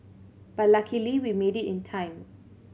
but luckily we made it in time